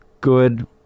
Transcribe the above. good